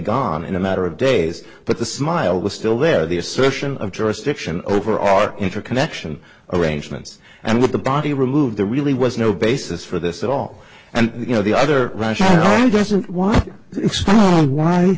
gone in a matter of days but the smile was still there the assertion of jurisdiction over our interconnection arrangements and with the body removed the really was no basis for this at all and you know the other russia doesn't